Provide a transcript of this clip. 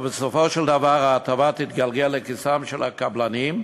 ובסופו של דבר ההטבה תתגלגל לכיסם של הקבלנים,